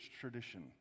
tradition